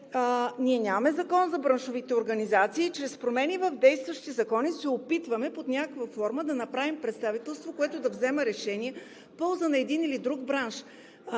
че нямаме Закон за браншовите организации и чрез промени в действащите закони се опитваме под някаква форма да направим представителство, което да взема решения в полза на един или друг бранш.